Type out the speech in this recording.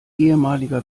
ehemaliger